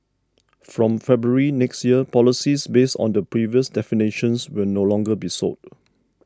from February next year policies based on the previous definitions will no longer be sold